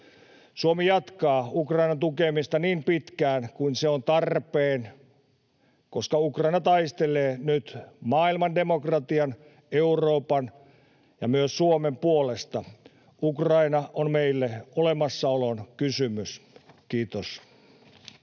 Suomi jatkaa Ukrainan tukemista niin pitkään kuin se on tarpeen, koska Ukraina taistelee nyt maailman demokratian, Euroopan ja myös Suomen puolesta. Ukraina on meille olemassaolon kysymys. — Kiitos.